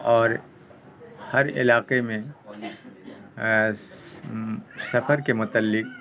اور ہر علاقے میں سفر کے متعلق